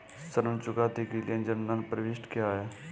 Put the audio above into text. ऋण चुकौती के लिए जनरल प्रविष्टि क्या है?